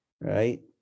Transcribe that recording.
right